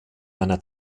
einer